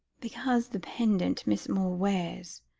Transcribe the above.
because the pendant miss moore wears,